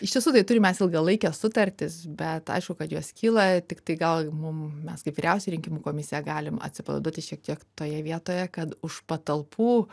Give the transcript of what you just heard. iš tiesų tai turim mes ilgalaikes sutartis bet aišku kad jos kyla tiktai gal mum mes kaip vyriausia rinkimų komisija galim atsipalaiduoti šiek tiek toje vietoje kad už patalpų